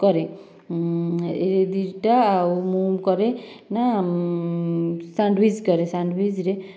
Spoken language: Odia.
କରେ ଏ ଦୁଇଟା ଆଉ ମୁଁ କରେ ନା ସାଣ୍ଡୱିଚ କରେ ସାଣ୍ଡୱିଚରେ